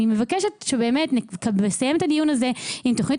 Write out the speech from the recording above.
אני מבקשת שבאמת נסיים את הדיון הזה עם תוכנית